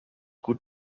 gut